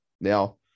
Now